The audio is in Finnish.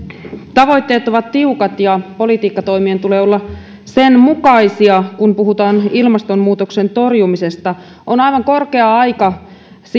tavoitteet ovat tiukat ja politiikkatoimien tulee olla sen mukaisia kun puhutaan ilmastonmuutoksen torjumisesta on aivan korkea aika